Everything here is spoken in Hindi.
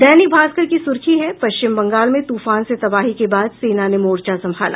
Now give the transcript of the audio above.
दैनिक भास्कर की सुर्खी है पश्चिम बंगाल में तूफान से तबाही के बाद सेना ने मोर्चा संभाला